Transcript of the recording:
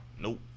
Nope